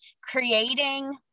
creating